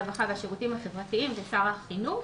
הרווחה והשירותים החברתיים ושר החינוך.